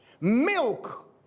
milk